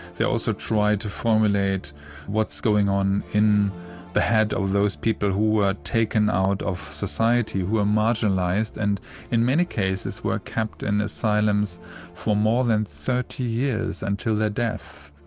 they also try to formulate what's going on in the head of those people who were taken out of society, who were marginalised, and who in many cases were kept in asylums for more than thirty years until their death.